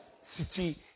city